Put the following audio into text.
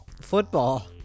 football